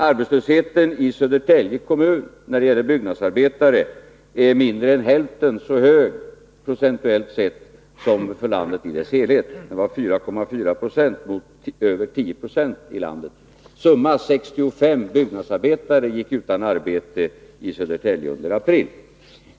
Arbetslösheten i Södertälje kommun när det gäller byggnadsarbetare är procentuellt sett mindre än hälften så hög som i landet i sin helhet. Den var 4,4 Jo mot över 10 9 för hela landet. 65 byggnadsarbetare gick utan arbete i Södertälje under april.